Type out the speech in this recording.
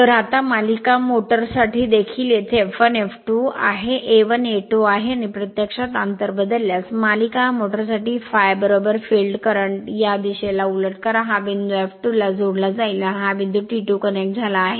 तर आता मालिका मोटर साठी देखील येथे F1 F2 आहे A1 A2 आहे आणि प्रत्यक्षात आंतर बदलल्यास मालिका मोटोरसाठी ∅ फील्ड करंट या दिशेला उलट करा हा बिंदू F2 ला जोडला जाईल आणि हा बिंदू T2 कनेक्ट झाला आहे